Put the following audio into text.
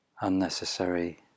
unnecessary